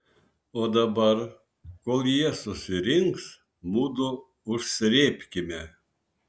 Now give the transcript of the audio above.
o dabar kol jie susirinks mudu užsrėbkime